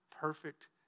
perfect